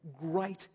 great